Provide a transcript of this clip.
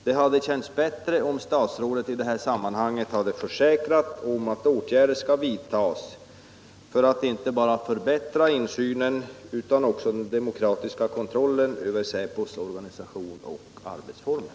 Det hade känts bättre om statsrådet i detta sammanhang hade försäkrat att åtgärder skall vidtas för att inte bara förbättra insynen utan också den demokratiska kontrollen över säpos organisation och arbetsformer.